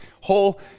whole